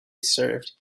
served